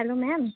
hello ma'am